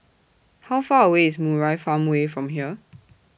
How Far away IS Murai Farmway from here